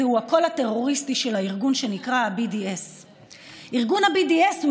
זהו הקול הטרוריסטי של הארגון שנקרא BDS. ארגון ה-BDS הוא